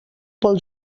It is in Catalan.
pel